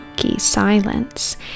silence